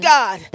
God